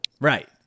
Right